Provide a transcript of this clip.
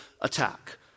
attack